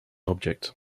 object